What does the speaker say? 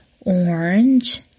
orange